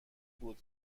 بود